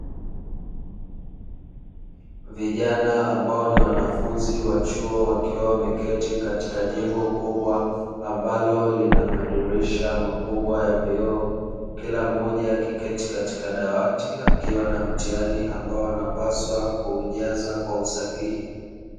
Vijana ambao ni wanafunzi wa chuo wakiwa wameketi katika jengo kubwa, ambalo lina madirisha makubwa ya vioo. Kila mmoja akiketi katika dawati akiwa na mtihani ambao anapaswa kuujaza kwa usahihi.